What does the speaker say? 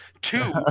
Two